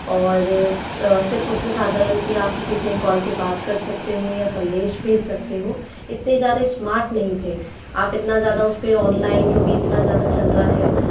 और सिर्फ उसमे साधारण सी आप किसी से कॉल पर बात कर सकते हो या संदेश भेज सकते हो इतने ज़्यादा स्मार्ट नही थे आप इतना ज़्यादा उस पर ऑनलाइन जो भी इतना ज़्यादा चल रहा है